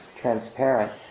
transparent